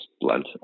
blend